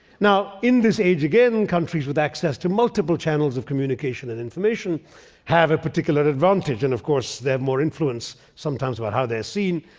now, in this age, again, countries with access to multiple channels of communication and information have a particular advantage. and of course they have more influence, sometimes, about how they're seen.